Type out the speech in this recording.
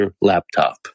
laptop